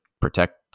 protect